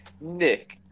Nick